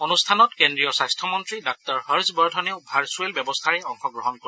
অনুষ্ঠানত কেন্দ্ৰীয় স্বাস্থ্যমন্ত্ৰী ডাঃ হৰ্ষবৰ্ধনেও ভাৰ্ছুৱেল ব্যৱস্থাৰে অংশগ্ৰহণ কৰিব